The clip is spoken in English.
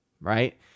Right